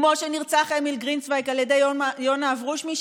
כמו שנרצח אמיל גרינצווייג על ידי יונה אברושמי,